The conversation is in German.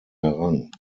errang